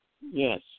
Yes